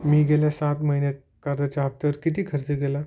मी गेल्या सात महिन्यात कर्जाच्या हप्त्यावर किती खर्च केला